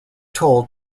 told